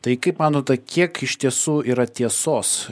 tai kaip manote kiek iš tiesų yra tiesos